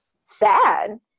sad